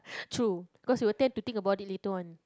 true cause you will tend to think about it later on